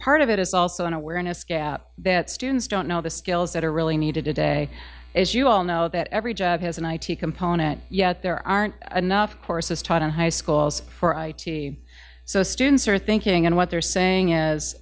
part of it is also an awareness gap that students don't know the skills that are really needed today as you all know that every job has an i t component yet there aren't enough courses taught in high schools for i t so students are thinking and what they're saying is